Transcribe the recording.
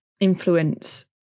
influence